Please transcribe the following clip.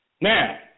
Now